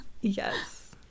Yes